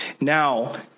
Now